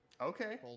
Okay